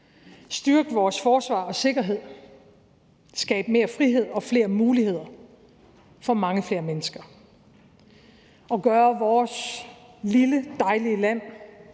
styrke vores forsvar og sikkerhed, skabe mere frihed og flere muligheder for mange flere mennesker og gøre vores lille dejlige land